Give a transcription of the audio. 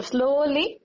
Slowly